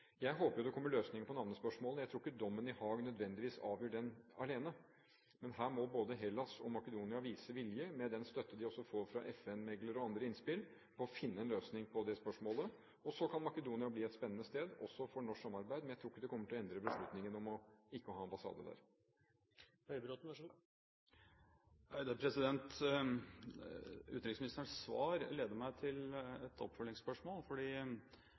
Jeg håper det kommer løsninger på navnespørsmålet. Jeg tror ikke dommen i Haag nødvendigvis avgjør det alene. Men her må både Hellas og Makedonia vise vilje, med den støtte de også får fra FN-meglere og fra andre innspill, til å finne en løsning på det spørsmålet. Makedonia kan bli et spennende sted også for norsk samarbeid. Men jeg tror ikke det kommer til å endre beslutningen om ikke å ha ambassade der. Utenriksministerens svar leder meg til et oppfølgingsspørsmål,